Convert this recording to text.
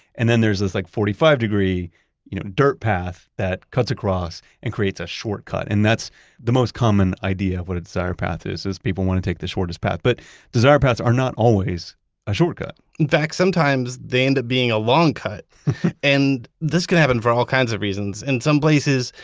and then, there's this like forty five degree you know dirt path that cuts across and creates a shortcut. and that's the most common idea of what a desire path is. those people want to take the shortest path. but desire paths are not always a shortcut in fact, sometimes they end up being a longcut. and this can happen for all kinds of reasons. in some places,